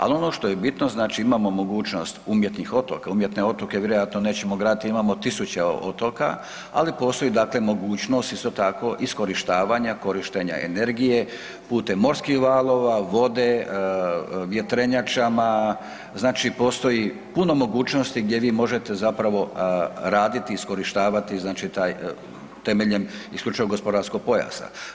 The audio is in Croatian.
Ali ono što je bitno znači imamo mogućnost umjetnih otoka, umjetne otoke vjerojatno nećemo gradit jer imamo tisuće otoka, ali postoji dakle mogućnost isto tako iskorištavanja, korištenja energije putem morskih valova, vode, vjetrenjačama, znači postoji puno mogućnosti gdje vi možete zapravo raditi i iskorištavati znači taj temeljem IGP-a.